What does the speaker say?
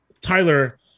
Tyler